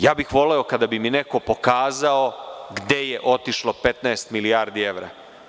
Voleo bih kada bi mi neko pokazao gde je otišlo 15 milijardi evra.